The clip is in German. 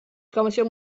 kommission